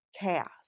chaos